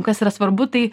kas yra svarbu tai